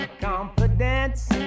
confidence